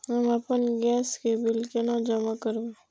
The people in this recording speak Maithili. हम आपन गैस के बिल केना जमा करबे?